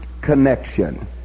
connection